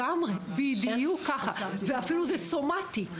בדיוק ככה, ואפילו זה סומטי.